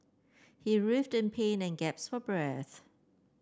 he writhed in pain and gasped for breath